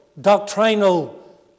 doctrinal